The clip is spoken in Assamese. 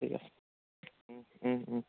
ঠিক আছে